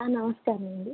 నమస్కారం అండి